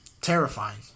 terrifying